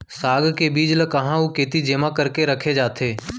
साग के बीज ला कहाँ अऊ केती जेमा करके रखे जाथे?